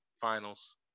finals